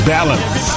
Balance